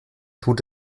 tut